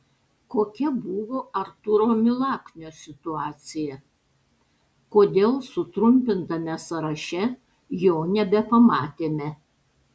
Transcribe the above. kokia buvo artūro milaknio situacija kodėl sutrumpintame sąraše jo nebepamatėme